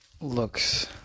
looks